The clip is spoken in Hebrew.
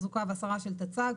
תחזוקה והסרה של תצ"ג,